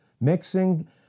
Mixing